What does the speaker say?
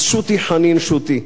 אז שוטי חנין, שוטי.